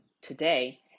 today